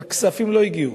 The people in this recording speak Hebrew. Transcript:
אבל כספים לא הגיעו.